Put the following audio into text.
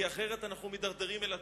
כי אחרת אנחנו מידרדרים אל התהום.